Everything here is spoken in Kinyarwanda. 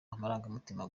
amarangamutima